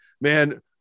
Man